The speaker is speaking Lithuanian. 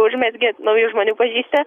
užmezgi naujų žmonių pažįsti